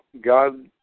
God